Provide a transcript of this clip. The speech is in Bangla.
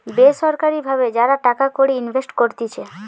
বেসরকারি ভাবে যারা টাকা কড়ি ইনভেস্ট করতিছে